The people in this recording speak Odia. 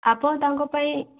ଆପଣ ତାଙ୍କ ପାଇଁ